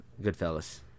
Goodfellas